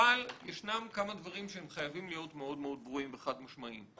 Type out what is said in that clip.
אבל ישנם כמה דברים שחייבים להיות מאוד ברורים וחד משמעיים.